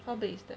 how the